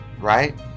right